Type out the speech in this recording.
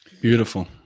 Beautiful